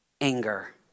anger